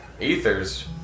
Ethers